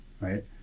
right